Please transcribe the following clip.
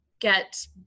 get